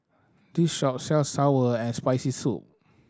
this shop sells sour and Spicy Soup